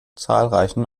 zahlreichen